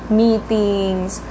meetings